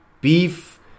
beef